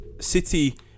City